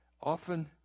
often